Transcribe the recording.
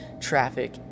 traffic